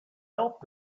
helped